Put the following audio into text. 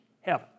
heaven